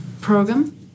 program